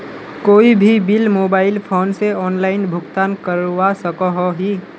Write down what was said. कोई भी bill mobile phone से ऑनलाइन भुगतान करवा सकोहो ही?